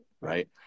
Right